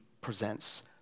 presents